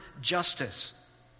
justice